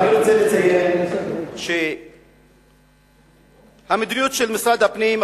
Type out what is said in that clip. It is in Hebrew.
אני רוצה לציין שהמדיניות של משרד הפנים,